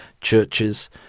churches